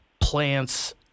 plants